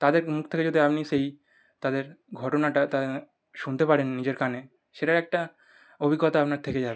তাদের মুখ থেকে যদি আপনি সেই তাদের ঘটনাটা তাদের শুনতে পারেন নিজের কানে সেটার একটা অভিজ্ঞতা আপনার থেকে যাবে